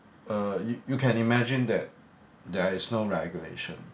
uh you you can imagine that there is no regulation